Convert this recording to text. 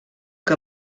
que